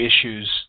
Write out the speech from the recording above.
issues